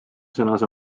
sõnas